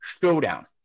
Showdown